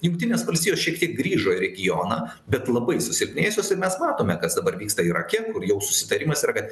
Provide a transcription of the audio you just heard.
jungtinės valstijos šiek tiek grįžo į regioną bet labai susilpnėjusios ir mes matome kas dabar vyksta irake kur jau susitarimas yra kad